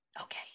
Okay